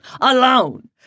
alone